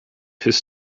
his